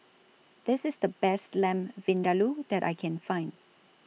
This IS The Best Lamb Vindaloo that I Can Find